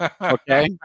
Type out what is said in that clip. okay